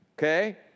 Okay